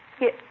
Yes